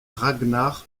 ragnar